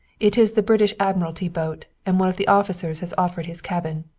it is the british admiralty boat, and one of the officers has offered his cabin.